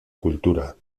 cultura